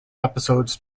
episodes